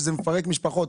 שזה מפרק משפחות.